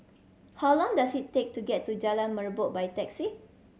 how long does it take to get to Jalan Merbok by taxi